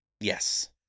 Yes